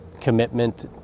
commitment